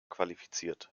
qualifiziert